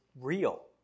real